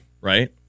right